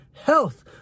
Health